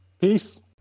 Peace